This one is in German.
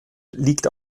liegt